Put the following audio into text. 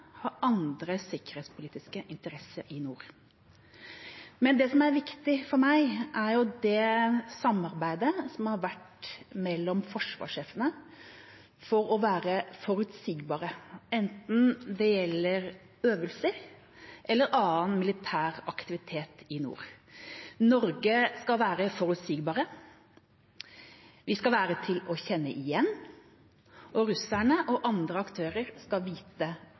har andre sikkerhetspolitiske interesser i nord. Men det som er viktig for meg, er det samarbeidet som har vært mellom forsvarssjefene, for å være forutsigbare, enten det gjelder øvelser eller annen militær aktivitet i nord. Norge skal være forutsigbare, vi skal være til å kjenne igjen, og russerne og andre aktører skal vite